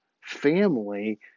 family